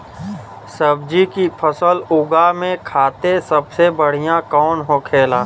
सब्जी की फसल उगा में खाते सबसे बढ़ियां कौन होखेला?